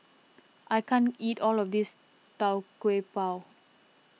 I can't eat all of this Tau Kwa Pau